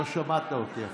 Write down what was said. לא שמעת אותי אפילו.